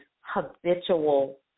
habitual